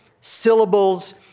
syllables